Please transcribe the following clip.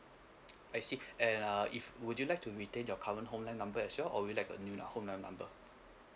I see and uh if would you like to retain your current home line number as well or you'd like a new home line number